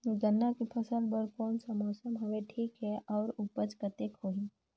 गन्ना के फसल बर कोन सा मौसम हवे ठीक हे अउर ऊपज कतेक होही?